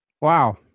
Wow